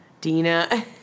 Dina